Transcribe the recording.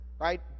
right